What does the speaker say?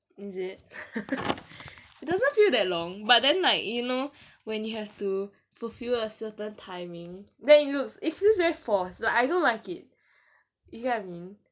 is it it doesn't feel that long but then like you know when you have to fulfil a certain timing then it looks it feels very forced like I don't like it you get what I mean